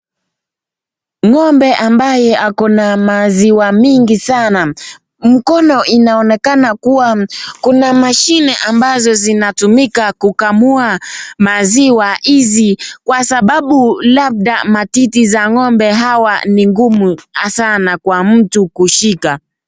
Ngombe ambaye ako na maziwa mingi sana, mkono inaonekana kuwa kuna mashine ambazo zinatumika. Maziwa H hizi kwa sababu labda matitu za ngombe Hawa ni ngumu hasaa na kwa mtu kushika.